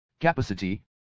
capacity